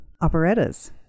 operettas